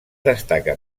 destaca